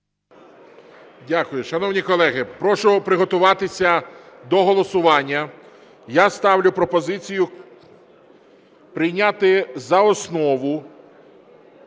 Дякую. Шановні колеги, прошу приготуватися до голосування. Я ставлю пропозицію прийняти за основу